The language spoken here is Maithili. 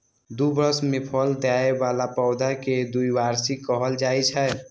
दू बरस मे फल दै बला पौधा कें द्विवार्षिक कहल जाइ छै